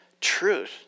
truth